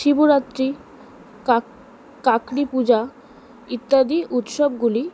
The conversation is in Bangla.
শিবরাত্রি কাঁকড়ি পূজা ইত্যাদি উৎসবগুলি